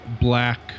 black